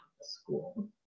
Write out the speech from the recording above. school